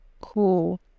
Cool